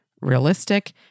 realistic